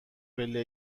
پله